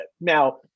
Now